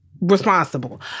responsible